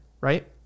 right